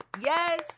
yes